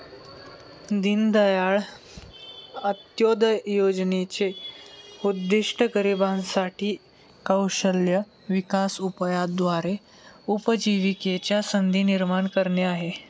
दीनदयाळ अंत्योदय योजनेचे उद्दिष्ट गरिबांसाठी साठी कौशल्य विकास उपायाद्वारे उपजीविकेच्या संधी निर्माण करणे आहे